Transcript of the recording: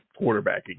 quarterbacking